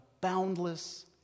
boundless